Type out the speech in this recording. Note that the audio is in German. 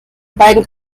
beiden